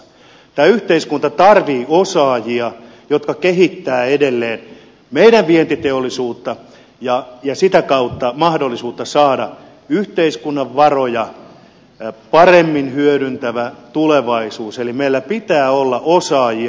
tämä yhteiskunta tarvitsee osaajia jotka kehittävät edelleen meidän vientiteollisuuttamme ja sitä kautta mahdollisuutta saada yhteiskunnan varoja paremmin hyödyntävän tulevaisuuden eli meillä pitää olla osaajia